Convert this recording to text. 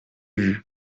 vue